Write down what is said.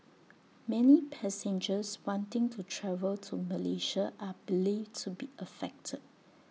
many passengers wanting to travel to Malaysia are believed to be affected